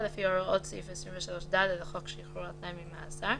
או לפי הוראות סעיף 23(ד) לחוק שחרור על-תנאי ממאסר,